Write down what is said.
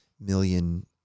million